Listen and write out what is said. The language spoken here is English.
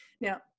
Now